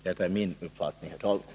Det här är i alla fall min uppfattning.